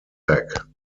back